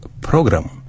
Program